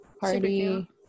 party